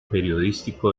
periodístico